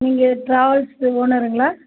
நீங்கள் டிராவல்ஸு ஓனருங்களா